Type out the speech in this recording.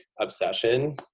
obsession